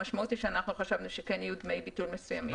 המשמעות היא שאנחנו חשבנו שכן יהיו דמי ביטול מסוימים.